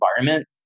environment